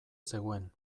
zegoen